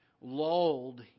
lulled